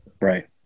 right